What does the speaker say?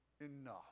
enough